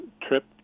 trip